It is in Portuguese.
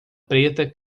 preta